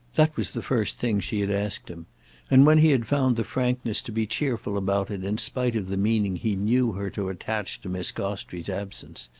that was the first thing she had asked him and when he had found the frankness to be cheerful about it in spite of the meaning he knew her to attach to miss gostrey's absence,